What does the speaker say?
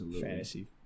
fantasy